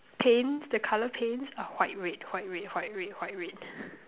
paint the color paints are white red white red white red white red